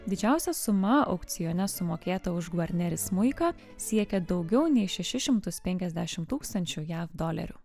didžiausia suma aukcione sumokėta už gvarneri smuiką siekia daugiau nei šešis šimtus penkiasdešim tūkstančių jav dolerių